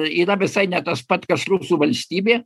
yra visai ne tas pats kas rusų valstybė